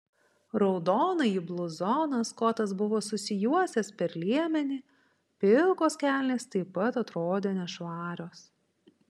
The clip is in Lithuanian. raudonąjį bluzoną skotas buvo susijuosęs per liemenį pilkos kelnės taip pat atrodė nešvarios